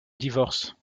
divorce